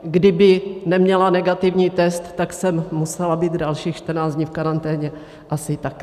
Kdyby neměla negativní test, tak jsem musela být dalších čtrnáct dní v karanténě asi také.